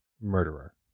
murderer